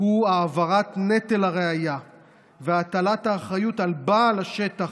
הוא העברת נטל הראיה והטלת האחריות על בעל השטח